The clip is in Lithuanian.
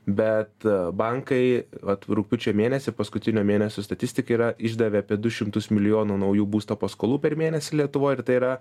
bet bankai vat rugpjūčio mėnesį paskutinio mėnesio statistika yra išdavė apie du šimtus milijonų naujų būsto paskolų per mėnesį lietuvoj ir tai yra